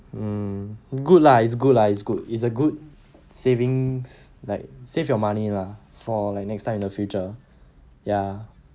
mm good lah is good lah is good it's a good savings like save your money lah for like next time in the future ya